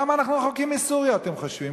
כמה אנחנו רחוקים מסוריה, אתם חושבים?